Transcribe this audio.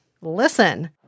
Listen